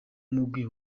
mugwi